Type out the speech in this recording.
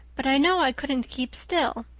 but i know i couldn't keep still.